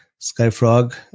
Skyfrog